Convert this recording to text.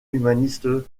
humaniste